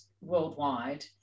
worldwide